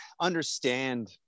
understand